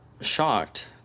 shocked